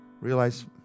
Realize